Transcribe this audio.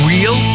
Real